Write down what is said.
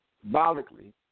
symbolically